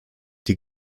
die